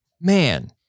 man